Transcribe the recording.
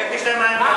לך תשתה מים קרים.